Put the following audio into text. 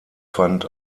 fand